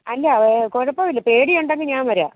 അല്ല കുഴപ്പമില്ല പേടിയുണ്ടെങ്കിൽ ഞാൻ വരാം